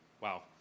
Wow